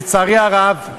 לצערי הרב,